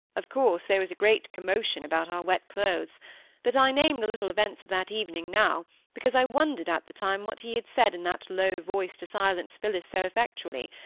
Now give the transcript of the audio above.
of course, there was a great commotion about our wet clothes but i name the little events of that evening now because i wondered at the time what he had said in that low voice to silence phillis so effectually,